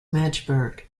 magdeburg